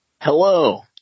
Hello